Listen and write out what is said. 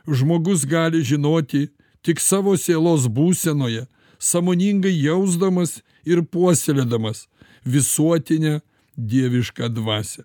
žmogus gali žinoti tik savo sielos būsenoje sąmoningai jausdamas ir puoselėdamas visuotinę dievišką dvasią